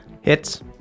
Hits